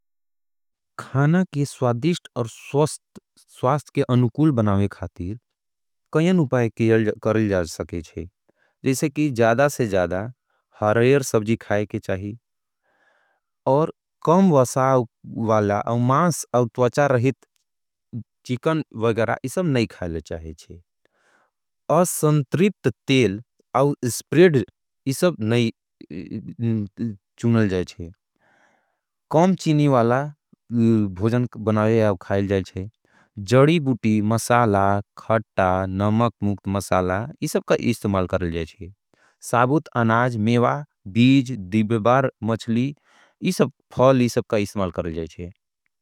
खाना के स्वादिष्ट और स्वास्त के अनुकूल बनावे खातीर कईन उपाय करल जा सके जैसे की ज़्यादा से ज़्यादा हरयर सबजी खाय के चाहिए और कम वसाव वाला और मास और तवचा रहित चिकन वगरा इससे नहीं खायल चाहेचे। असंत्रिप्त तेल और स्प्रेड इससे नहीं चुनल जाएचे। कम चीनी वाला भोजन बनावे खायल जाएचे। जड़ी बुटी, मसाला, खटा, नमक मुक्त, मसाला इससे का इस्तमाल करल जाएचे। साबुत, अनाज, मेवा, बीज, दिवेबार, मचली इससे फल इससे का इस्तमाल करल जाएचे।